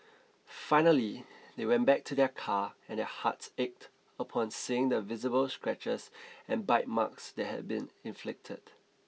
finally they went back to their car and their hearts ached upon seeing the visible scratches and bite marks that had been inflicted